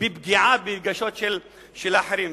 בפגיעה ברגשות של אחרים.